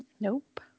Nope